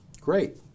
great